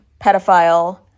pedophile